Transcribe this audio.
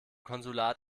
konsulat